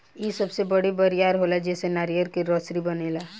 इ सबसे बड़ी बरियार होला जेसे नारियर के रसरी बनेला